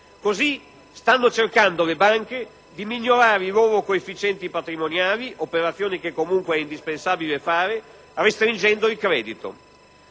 stanno così cercando di migliorare i loro coefficienti patrimoniali (operazione che comunque è indispensabile fare) restringendo il credito.